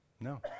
No